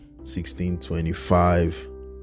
16.25